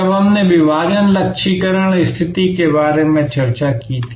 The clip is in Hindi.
जब हमने विभाजन लक्ष्यीकरण स्थिति के बारे में चर्चा की थी